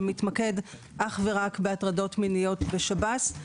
שמתמקד אך ורק בהטרדות מיניות בשב"ס,